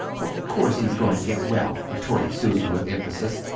of course he's goin' to get well, retorted susan with emphasis.